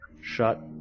Shut